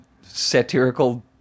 satirical